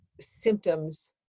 symptoms